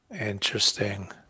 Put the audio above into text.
Interesting